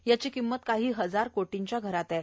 याची किंमत काही हजार कोटींच्या घरात आहे